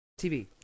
TV